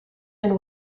and